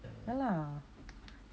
ya lah